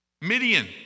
midian